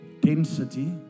density